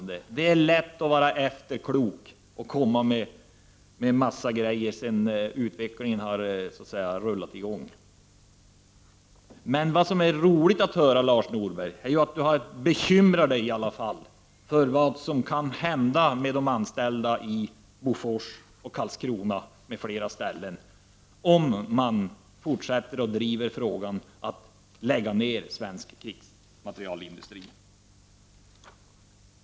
Det är lätt att vara efterklok och komma med en massa uppslag sedan utvecklingen har rullat i gång. Men det är ändå roligt att höra att Lars Norberg bekymrar sig för vad som kan hända med de anställda i Bofors, Karlskrona m.fl. ställen, om man fortsätter att driva frågan om att lägga ner svensk krigsmaterielindustri.